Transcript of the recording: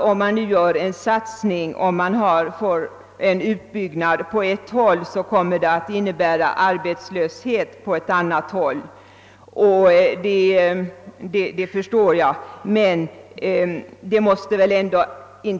Om man gör en satsning för utbyggnad på ett håll kommer detta enligt inrikesministern att kunna innebära arbetslöshet på ett annat håll, och detta är ju riktigt. Men jag frågar: Måste vi